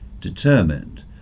determined